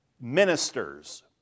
Ministers